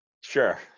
Sure